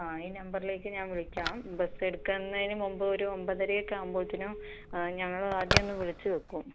ആ ഈ നമ്പറിലേക്ക് ഞാൻ വിളിക്കാം ബസ് എടുക്കുന്നതിന് മുൻപോരു ഒന്പതരയൊക്കെ ആവുമ്പത്തേനും ഞങ്ങൾ ആദ്യമൊന്ന് വിളിച്ച് വയ്ക്കും